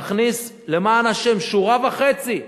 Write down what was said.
תכניס, למען השם, שורה וחצי.